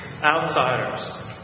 outsiders